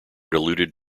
diluted